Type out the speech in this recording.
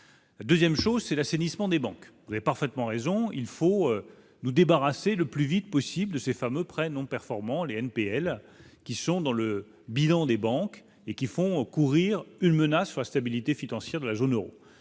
2ème chose c'est l'assainissement des banques, vous avez parfaitement raison, il faut nous débarrasser le plus vite possible de ces fameux prêts non performants Les MPL qui sont dans le bilan des banques et qu'ils font encourir une menace la stabilité financière de la zone Euro,